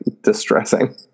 distressing